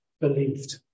believed